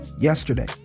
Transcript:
Yesterday